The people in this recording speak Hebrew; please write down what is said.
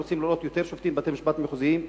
אנחנו רוצים לראות יותר שופטים בבתי-משפט מחוזיים,